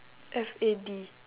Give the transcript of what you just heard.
F A D